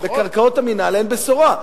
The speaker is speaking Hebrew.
בקרקעות המינהל אין בשורה,